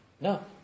No